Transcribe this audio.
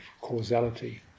causality